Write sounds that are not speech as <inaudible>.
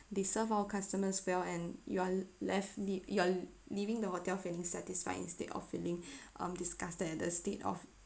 they serve our customers well and you are left le~ you're leaving the hotel feeling satisfied instead of feeling <breath> um disgusted at the state of